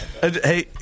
Hey